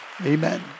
Amen